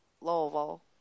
Louisville